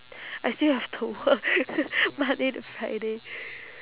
I still have to work monday to friday